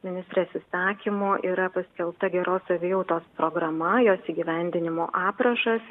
ministrės įsakymu yra paskelbta geros savijautos programa jos įgyvendinimo aprašas